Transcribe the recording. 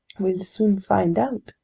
we'll soon find out!